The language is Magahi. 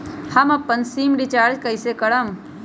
हम अपन सिम रिचार्ज कइसे करम?